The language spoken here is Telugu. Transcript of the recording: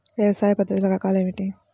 వ్యవసాయ పద్ధతులు రకాలు ఏమిటి?